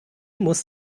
muss